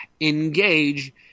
engage